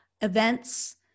events